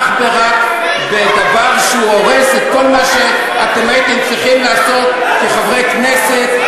אך ורק בדבר שהוא הורס את כל מה שהייתם צריכים לעשות כחברי כנסת,